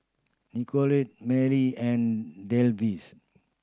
Nicolette Manley and